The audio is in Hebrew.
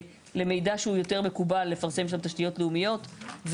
למידע שהוא יותר מקובל לפרסם שם תשתיות לאומיות.